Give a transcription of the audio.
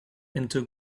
into